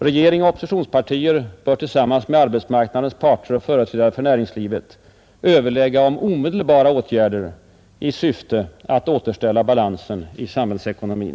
Regering och oppositionspartier bör tillsammans med arbetsmarknadens parter och företrädare för näringslivet överlägga om omedelbara åtgärder i syfte att återställa balansen i samhällsekonomin.